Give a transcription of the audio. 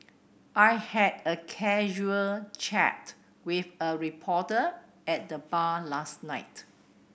I had a casual chat with a reporter at the bar last night